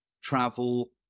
travel